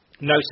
No